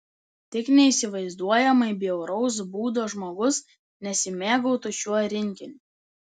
tik neįsivaizduojamai bjauraus būdo žmogus nesimėgautų šiuo rinkiniu